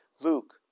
Luke